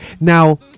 now